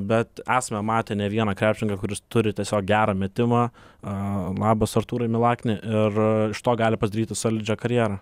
bet esame matę ne vieną krepšininką kuris turi tiesiog gerą metimą a labas artūrai milakni ir iš to gali pasidaryti solidžią karjerą